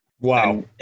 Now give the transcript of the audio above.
wow